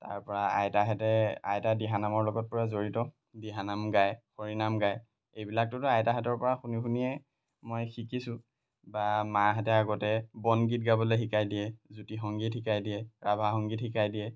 তাৰপৰা আইতাহঁতে আইতা দিহানামৰ লগত পৰা জড়িত দিহানাম গায় হৰিনাম গায় এইবিলাকটোতো আইতাহঁতৰ পৰা শুনি শুনিয়ে মই শিকিছোঁ বা মাহঁতে আগতে বনগীত গাবলৈ শিকাই দিয়ে জ্যোতি সংগীত শিকাই দিয়ে ৰাভা সংগীত শিকাই দিয়ে